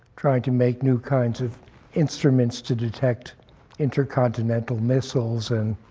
trying to make new kinds of instruments to detect intercontinental missiles and